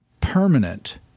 permanent